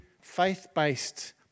faith-based